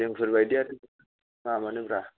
जोंफोर बायदिया मा मोननो ब्रा